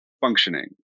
functioning